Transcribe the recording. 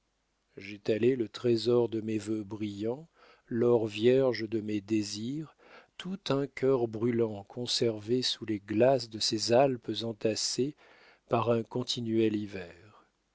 j'étalai le trésor de mes vœux brillants l'or vierge de mes désirs tout un cœur brûlant conservé sous les glaces de ces alpes entassées par un continuel hiver